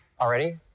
already